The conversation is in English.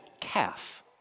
calf